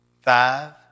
five